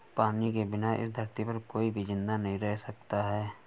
पानी के बिना इस धरती पर कोई भी जिंदा नहीं रह सकता है